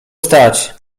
stać